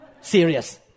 Serious